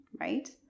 right